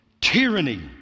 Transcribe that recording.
Tyranny